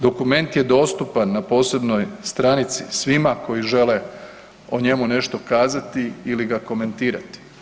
Dokument je dostupan na posebnoj stranici svima koji žele o njemu nešto kazati ili ga komentirati.